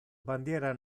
bandiera